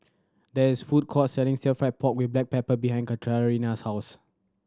there is a food court selling Stir Fried Pork With Black Pepper behind Katarina's house